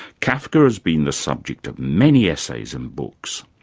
kafka has been the subject of many essays and books.